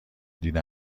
دیده